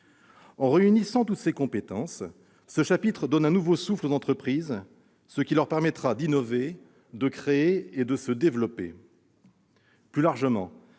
En réunissant tous ces éléments, ce chapitre donne un nouveau souffle aux entreprises, ce qui leur permettra d'innover, de créer et de se développer. Plus largement,